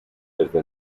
desde